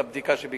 את הבדיקה שביקשת.